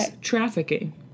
trafficking